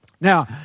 Now